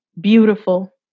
beautiful